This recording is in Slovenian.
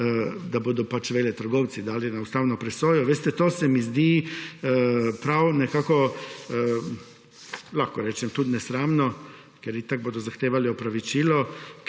da bodo veletrgovci dali na ustavno presojo. Veste, to se mi zdi prav, lahko rečem, nesramno, ker itak bodo zahtevali opravičilo.